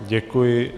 Děkuji.